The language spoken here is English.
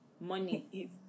money